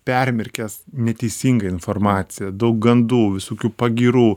permirkęs neteisinga informacija daug gandų visokių pagyrų